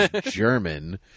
German